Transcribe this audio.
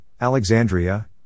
Alexandria